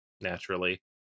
naturally